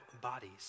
bodies